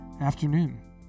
afternoon